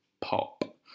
Pop